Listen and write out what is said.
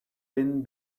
been